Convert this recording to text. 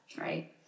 right